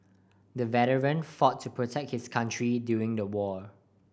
the veteran fought to protect his country during the war